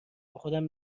خودم